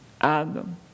Adam